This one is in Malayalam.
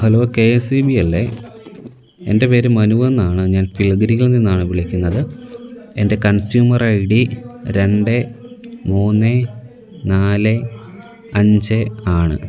hello K S E B അല്ലേ എന്റെ പേര് മനുവെന്നാണ് ഞാന് പില്ഗ്രികളില് നിന്നാണ് വിളിക്കുന്നത് എന്റെ കണ്സ്യൂമര് ഐ ഡി രണ്ട് മൂന്ന് നാല് അഞ്ച് ആണ്